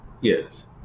Yes